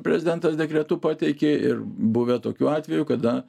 prezidentas dekretu pateikė ir buvę tokių atvejų kada